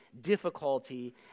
difficulty